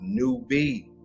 newbie